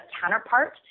counterpart